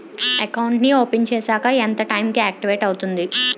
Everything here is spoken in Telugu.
అకౌంట్ నీ ఓపెన్ చేశాక ఎంత టైం కి ఆక్టివేట్ అవుతుంది?